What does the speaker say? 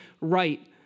right